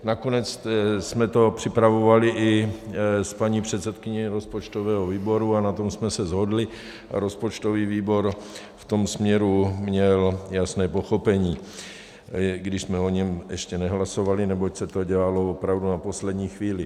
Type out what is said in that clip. Nakonec jsme to připravovali i s paní předsedkyní rozpočtového výboru, a na tom jsme se shodli a rozpočtový výbor v tom směru měl jasné pochopení, když jsme o něm ještě nehlasovali, neboť se to dělalo opravdu na poslední chvíli.